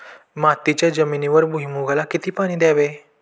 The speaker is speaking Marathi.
मातीच्या जमिनीवर भुईमूगाला किती पाणी द्यावे?